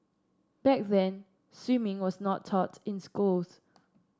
back then swimming was not taught in schools